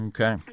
Okay